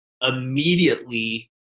immediately